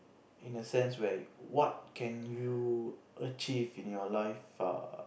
in a sense where what can you achieve in your life ah